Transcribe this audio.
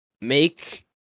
make